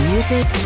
Music